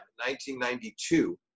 1992